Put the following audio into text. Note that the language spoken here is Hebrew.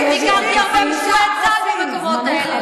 תבקרי בבית-החולים נהריה.